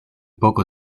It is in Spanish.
poco